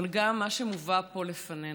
אבל גם מה שמובא פה לפנינו,